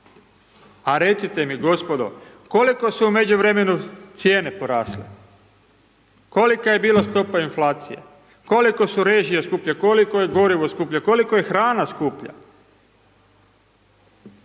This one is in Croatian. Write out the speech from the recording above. A recite mi gospodo, koliko se u međuvremenu cijene porasle, kolika je bila stopa inflacije, koliko su režije skuplje, koliko je gorivo skuplje, koliko je hrana skuplja.